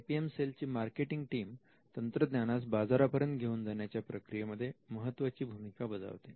I P M cell ची marketing team तंत्रज्ञानास बाजारा पर्यंत घेऊन जाण्याच्या प्रक्रिये मध्ये महत्त्वाची भूमिका बजावते